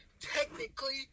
technically